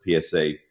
PSA